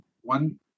one